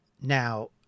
Now